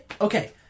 Okay